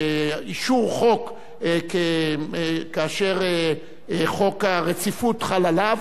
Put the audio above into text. אישור חוק כאשר חוק הרציפות חל עליו.